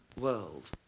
world